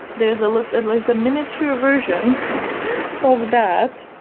there's a and like a miniature version of that.